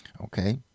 okay